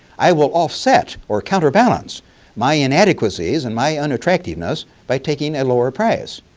i will offset or counterbalance my inadequacies and my unattractiveness by taking a lower price.